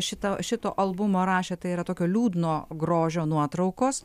šitą šito albumo rašė tai yra tokio liūdno grožio nuotraukos